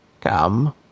Come